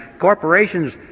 corporations